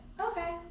Okay